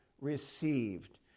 received